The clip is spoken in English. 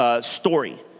story